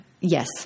Yes